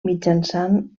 mitjançant